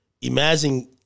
Imagine